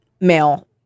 male